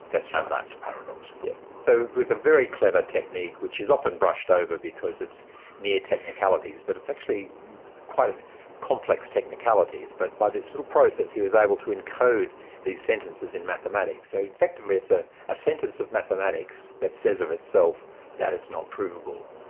that's sort of that's paradoxical. yes. so with a very clever technique which is often brushed over because it's mere technicalities, but it's actually quite ah complex technicalities, but by this little process, he is able to encode these sentences in mathematics. so effectively it's ah a sentence of mathematics that says of itself that it's not provable,